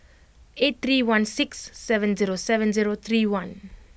eight three one six seven zero seven zero three one